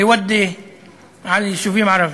אי ואדי (כלומר ואדי), על היישובים הערביים.